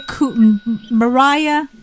Mariah